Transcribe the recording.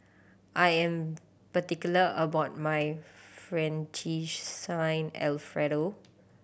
I am particular about my Fettuccine Alfredo